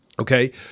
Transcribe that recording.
Okay